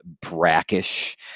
brackish